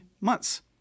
months